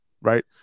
right